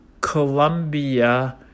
Colombia